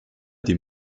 des